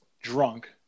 drunk